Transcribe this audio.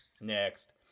Next